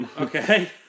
okay